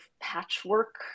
patchwork